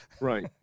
Right